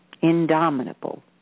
indomitable